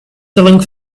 selling